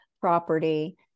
property